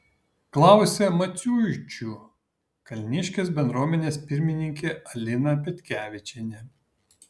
klausė maciuičių kalniškės bendruomenės pirmininkė alina petkevičienė